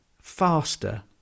faster